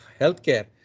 healthcare